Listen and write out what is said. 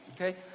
okay